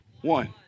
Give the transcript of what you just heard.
one